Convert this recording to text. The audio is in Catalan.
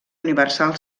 universal